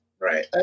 Right